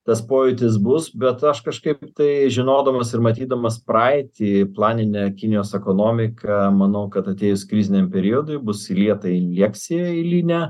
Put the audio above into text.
tas pojūtis bus bet aš kažkaip tai žinodamas ir matydamas praeitį planinė kinijos ekonomika manau kad atėjus kriziniam periodui bus įlieta injekcija eilinė